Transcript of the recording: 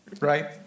Right